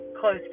close